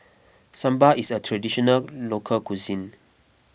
Sambar is a Traditional Local Cuisine